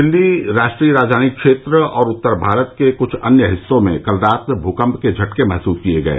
दिल्ली राष्ट्रीय राजधानी क्षेत्र और उत्तर भारत के कुछ अन्य हिस्सों में कल रात भूकम्प के झटके महसूस किए गये